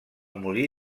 molí